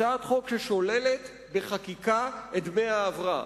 הצעת חוק ששוללת בחקיקה את דמי ההבראה.